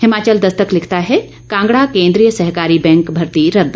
हिमाचल दस्तक लिखता है कांगड़ा केन्द्रीय सहकारी बैंक भर्ती रद्द